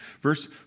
Verse